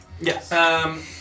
Yes